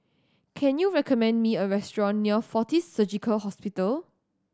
can you recommend me a restaurant near Fortis Surgical Hospital